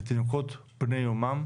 בתינוקות בני יומם.